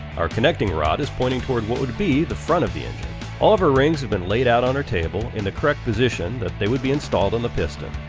our connecting rod is pointing toward what would be the front of the engine. all of our rings have been layed out on our table in the correct position that they would be installed on the piston.